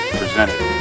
presented